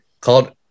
called